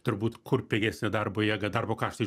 turbūt kur pigesnė darbo jėga darbo kaštai